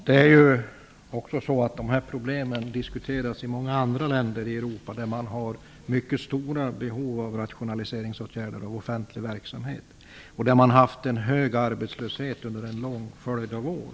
Fru talman! De här problemen diskuteras också i många andra länder i Europa, där man har mycket stora behov av rationaliseringsåtgärder och offentlig verksamhet. Man har haft hög arbetslöshet under en lång följd av år.